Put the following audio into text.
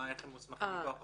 איך הם מוסמכים מכוח החוק.